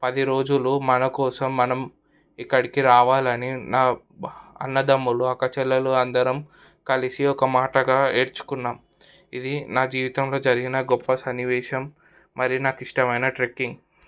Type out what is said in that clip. పది రోజులు మనకోసం మనం ఇక్కడికి రావాలని నా అన్నదమ్ములు అక్క చెల్లెలు అందరం కలిసి ఒక మాటగా ఇచ్చుకున్నాం ఇది నా జీవితంలో జరిగిన గొప్ప సన్నివేశం మరి నాకు ఇష్టమైన ట్రెక్కింగ్